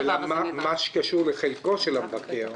השאלה עם מה שקשור לחלקו של המבקר,